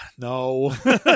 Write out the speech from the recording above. No